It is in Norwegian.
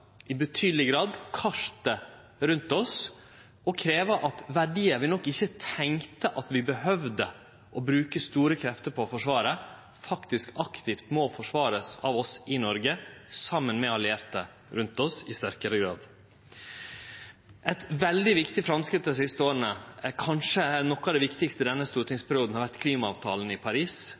i betydeleg grad kartet rundt oss og krev at verdiar vi nok ikkje tenkte at vi behøvde å bruke store krefter på å forsvare, faktisk aktivt må forsvarast av oss i Noreg, saman med allierte rundt oss, i sterkare grad. Eit veldig viktig framskritt dei siste åra, kanskje noko av det viktigaste i denne stortingsperioden, har vore klimaavtalen i Paris.